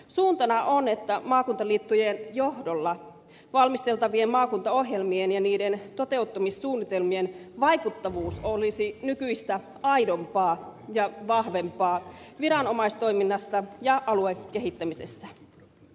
suuntana on että maakuntaliittojen johdolla valmisteltavien maakuntaohjelmien ja niiden toteuttamissuunnitelmien vaikuttavuus olisi nykyistä aidompaa ja vahvempaa viranomaistoiminnassa ja aluekehittämisessä